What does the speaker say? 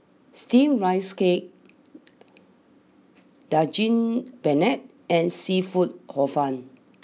Steamed Rice Cake Daging Penyet and Seafood Hor fun